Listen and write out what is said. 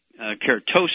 keratosis